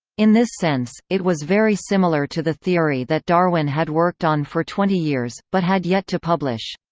in this sense, it was very similar to the theory that darwin had worked on for twenty years, but had yet to publish.